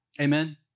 Amen